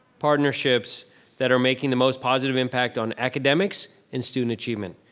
partnerships that are making the most positive impact on academics and student achievement.